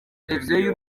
televiziyo